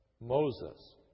Moses